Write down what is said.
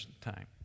time